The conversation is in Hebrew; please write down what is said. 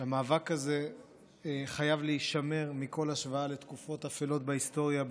שהמאבק הזה חייב להישמר מכל השוואה לתקופות אפלות בהיסטוריה,